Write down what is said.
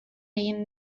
egin